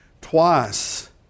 Twice